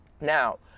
Now